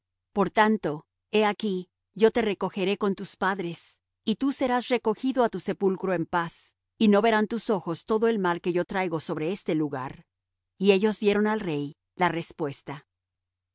por tanto he aquí yo te recogeré con tus padres y tú serás recogido á tu sepulcro en paz y no verán tus ojos todo el mal que yo traigo sobre este lugar y ellos dieron al rey la respuesta